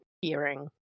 hearing